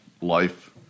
life